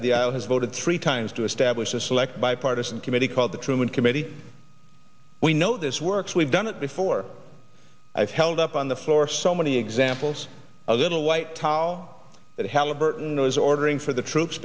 of the aisle has voted three times to establish a select bipartisan committee called the truman committee we know this works we've done it before i've held up on the floor so many examples of little white tile that halliburton was ordering for the troops